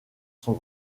son